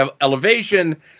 Elevation